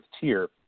tier